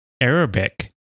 Arabic